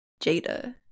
Jada